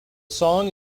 song